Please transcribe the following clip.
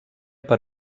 per